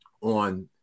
on